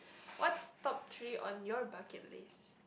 what's top three on your bucket list